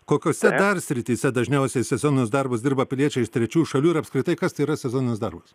kokiose dar srityse dažniausiai sezoninius darbus dirba piliečiais iš trečiųjų šalių ir apskritai kas tai yra sezoninis darbas